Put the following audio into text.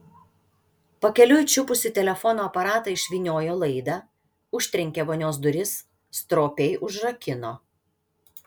pakeliui čiupusi telefono aparatą išvyniojo laidą užtrenkė vonios duris stropiai užrakino